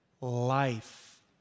life